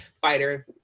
fighter